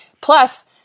Plus